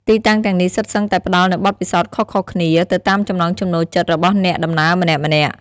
ទីតាំងទាំងនេះសុទ្ធសឹងតែផ្តល់នូវបទពិសោធន៍ខុសៗគ្នាទៅតាមចំណង់ចំណូលចិត្តរបស់អ្នកដំណើរម្នាក់ៗ។